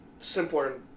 simpler